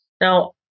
Now